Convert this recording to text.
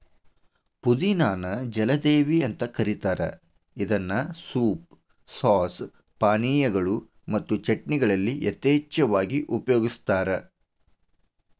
ಪುದಿನಾ ನ ಜಲದೇವಿ ಅಂತ ಕರೇತಾರ ಇದನ್ನ ಸೂಪ್, ಸಾಸ್, ಪಾನೇಯಗಳು ಮತ್ತು ಚಟ್ನಿಗಳಲ್ಲಿ ಯಥೇಚ್ಛವಾಗಿ ಉಪಯೋಗಸ್ತಾರ